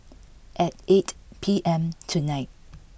at eight P M tonight